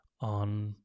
on